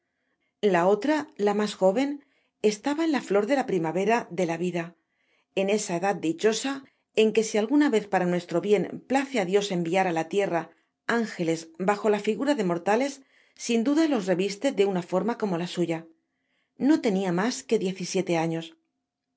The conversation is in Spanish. la otra la mas joven estaba en la flor de la primavera de la vida en esa edad dichosa en que si alguna vez para nuestro bien place á dios enviar á la tierra ángeles bajo la figura de mortales sin duda los reviste de una forma como la suya no tenia mas que diez y siete años